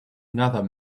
another